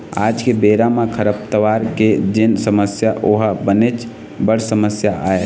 आज के बेरा म खरपतवार के जेन समस्या ओहा बनेच बड़ समस्या आय